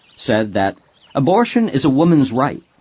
said that abortion is a woman's right.